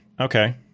Okay